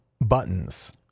buttons